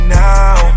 now